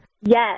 Yes